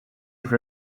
have